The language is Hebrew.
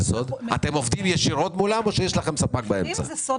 אתם עובדים ישירות מולם או יש לכם ספק באמצע?